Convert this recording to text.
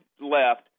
left